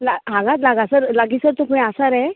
ला हांगाच लागासर लागींसर तूं खंय आसा रे